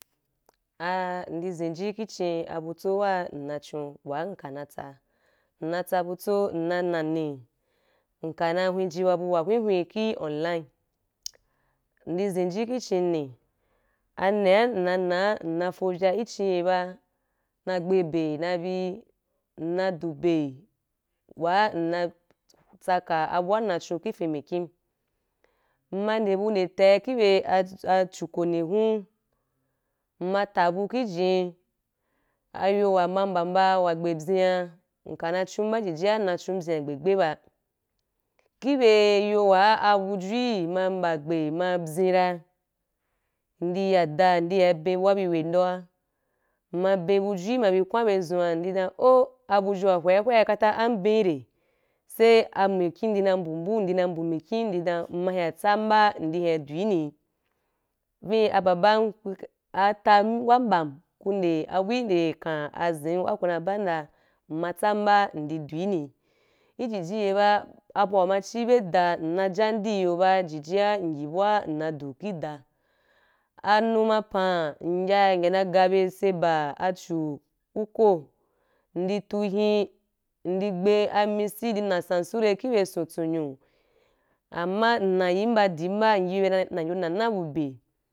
Ai ndi zinji i cin abutso wa nna chon wa nka natsa, nnatsa butso, nna nani, nka na wenji ba bu wa hweh hweh ki online. Ndi zinji ki chin ni, ani’a nna na nna fovya ke cin ye ba, na gbe be na bi, nna dube wa nna tsakan abuwa nna chon i fin mikhi. Nma nde bu nde tai ki bye chukuni hmm, nma tai bu kijin, ayo wa ma mban nbɛn wa gbe byin, nka nan chon ba ijiji nna chon byin wa gbe gbe ba. Ki be ayo wa abujun ma mba gbe ma byen ra, ndi ya dui nde nya beu bu’a bi weh ndo’a, nna beu bujun ma be kwan iben zon’a, nde dan “oh” abujun wa hwe’a hwe’a na, katah abun re? Sai a mikhi nde nan mbu mbu, ndi na mbu mikhi, nde dan i maya tsa’n ban ndi’n da’ni? Vin, a “baban”, atɛn wa mbɛm ku nde abu’e nde kan zin’n, ku na bam da nmatsa ba ndi du’niy ijiji ye ba bu’a ma cin beu dai, nna jamdī iyo ba, jiji iye bu’a nna du ki dai. Amu ma pan, nya nya na gabya tsi ba chu ku kon, nde tu hin, nde gbe ami-se, iri na sensore ki bya sun tsoyon, amma mayin bɛ diu ba, nye be na nan yu na na bu be.